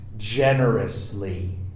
generously